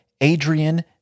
Adrian